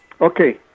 Okay